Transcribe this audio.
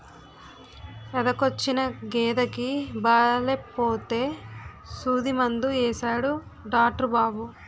ఎదకొచ్చిన గేదెకి బాలేపోతే సూదిమందు యేసాడు డాట్రు బాబు